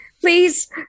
please